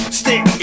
stick